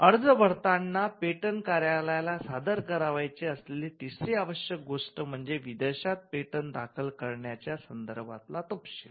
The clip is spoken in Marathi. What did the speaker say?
अर्ज भरताना पेटंट कार्यालयाला सादर करावयाची असलेली तिसरी आवश्यक गोष्ट म्हणजे विदेशात पेटंट दाखल करण्याच्या संदर्भातला तपशील